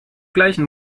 gleichen